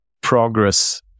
progress